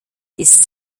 ist